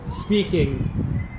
speaking